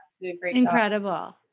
Incredible